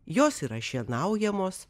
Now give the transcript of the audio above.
jos yra šienaujamos